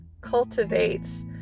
cultivates